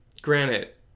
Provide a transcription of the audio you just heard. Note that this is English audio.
Granite